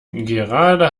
gerade